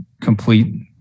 complete